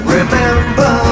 Remember